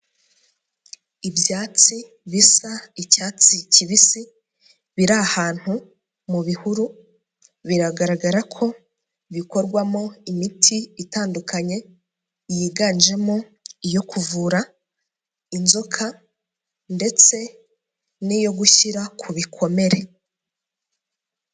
Ibyatsi bisa icyatsi kibisi, biri ahantu mu bihuru, biragaragara ko bikorwamo imiti itandukanye, yiganjemo iyo kuvura inzoka ndetse n'iyo gushyira ku bikomere.